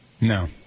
No